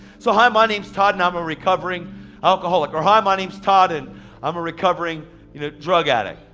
so, hi my name's todd and i'm a recovering alcoholic. or, hi my name's todd and i'm a recovering you know drug addict.